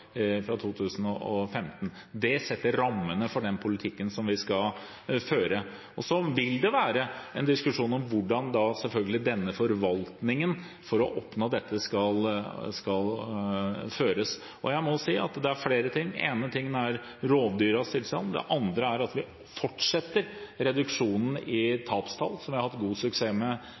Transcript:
fra 2011 og flertallets ulvevedtak fra 2015. Det setter rammene for den politikken som vi skal føre. Det vil selvfølgelig være en diskusjon om hvordan forvaltningen for å oppnå dette skal skje. Og det er flere ting. Det ene er rovdyrenes tilstand. Det andre er at vi fortsetter reduksjonen i tapstall, som vi har hatt god suksess med